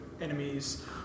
enemies